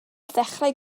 ddechrau